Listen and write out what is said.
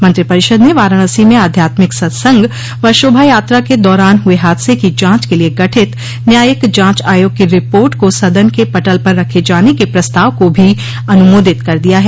मंत्रिपरिषद ने वाराणसी में आध्यात्मिक सत्संग व शोभा यात्रा के दौरान हुए हादसे की जांच के लिए गठित न्यायिक जांच आयोग की रिपोर्ट को सदन के पटल पर रखे जाने के प्रस्ताव को भी अनुमोदित कर दिया है